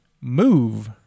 move